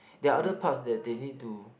the other parts that they need to